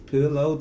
Pillow